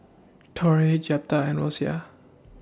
Torrie Jeptha and Rosia